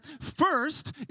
first